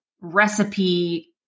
recipe